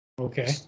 Okay